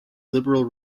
liberal